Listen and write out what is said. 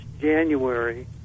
January